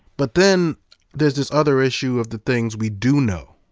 but then there's this other issue of the things we do know.